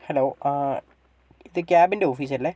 hello ഇത് ക്യാബിൻറ്റെ ഓഫീസല്ലേ